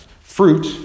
Fruit